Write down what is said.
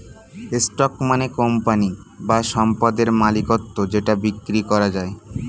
stock মানে company বা সম্পদের মালিকত্ব যেটা বিক্রি করা যায়